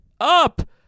up